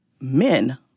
men